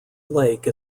lake